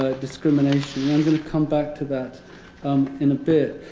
ah discrimination and i'm going to come back to that in a bit.